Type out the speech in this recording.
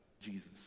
Jesus